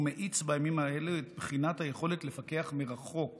ומאיץ בימים אלו את בחינת היכולת לפקח מרחוק